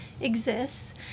exists